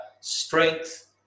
strength